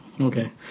Okay